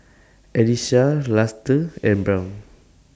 Elyssa Luster and Brown